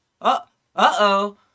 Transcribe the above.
Uh-oh